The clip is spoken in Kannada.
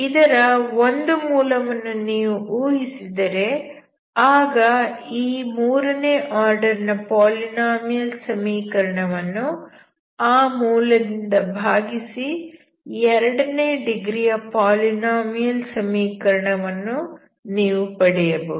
ಇದರ ಒಂದು ಮೂಲವನ್ನು ನೀವು ಊಹಿಸಿದರೆ ಆಗ ಈ ಮೂರನೇ ಆರ್ಡರ್ ನ ಪಾಲಿನೋಮಿಯಲ್ ಸಮೀಕರಣವನ್ನು ಆ ಮೂಲ ದಿಂದ ಭಾಗಿಸಿ ಎರಡನೇ ಡಿಗ್ರಿಯ ಪಾಲಿನೋಮಿಯಲ್ ಸಮೀಕರಣವನ್ನು ನೀವು ಪಡೆಯಬಹುದು